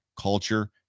Culture